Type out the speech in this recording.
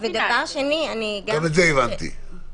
גם את זה הבנתי.